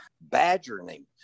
badgering